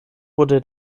wurde